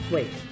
Wait